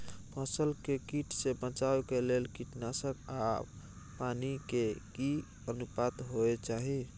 फसल के कीट से बचाव के लेल कीटनासक आ पानी के की अनुपात होय चाही?